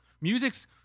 Music's